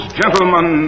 gentlemen